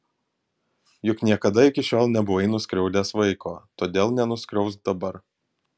juk niekada iki šiol nebuvai nuskriaudęs vaiko todėl nenuskriausk dabar